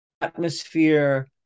atmosphere